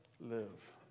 live